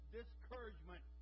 discouragement